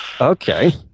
Okay